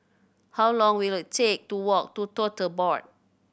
how long will it take to walk to Tote Board